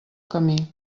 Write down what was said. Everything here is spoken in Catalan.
camí